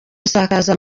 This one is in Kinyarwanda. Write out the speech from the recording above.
gusakaza